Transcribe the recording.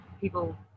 people